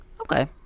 Okay